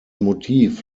motiv